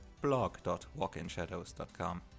blog.walkinshadows.com